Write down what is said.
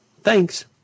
Thanks